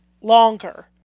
longer